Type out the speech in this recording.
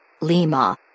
Lima